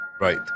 Right